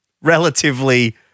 relatively